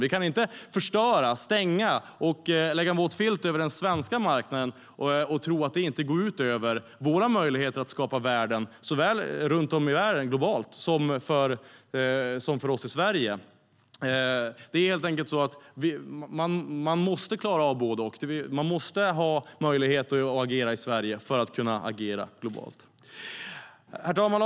Vi kan inte förstöra, stänga och lägga en våt filt över den svenska marknaden och tro att det inte går ut över våra möjligheter att skapa värden, såväl runt om i världen globalt som för oss i Sverige. Det är helt enkelt så att man måste klara av både och. Man måste ha möjligheter att agera i Sverige för att kunna agera globalt. Herr talman!